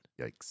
Yikes